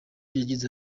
yagize